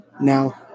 Now